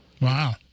Wow